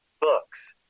Books